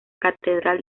catedral